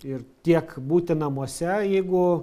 ir tiek būti namuose jeigu